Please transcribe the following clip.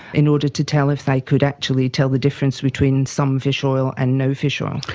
in order to tell if they could actually tell the difference between some fish oil and no fish oil.